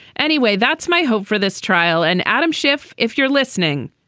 anyway, that's my hope for this trial. and adam schiff. if you're listening,